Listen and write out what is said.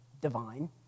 divine